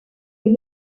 des